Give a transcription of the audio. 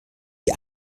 die